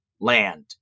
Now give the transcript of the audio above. land